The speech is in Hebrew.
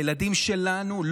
הילדים שלנו,